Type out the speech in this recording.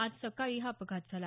आज सकाळी हा अपघात झाला